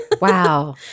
Wow